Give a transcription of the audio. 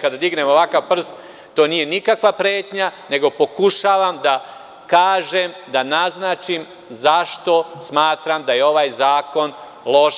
Kada dignem ovako prst to nije nikakva pretnja, nego pokušavam da kažem, da naznačim zašto smatram da je ovaj zakon loš